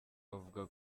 bavuga